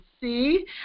see